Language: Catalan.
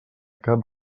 cap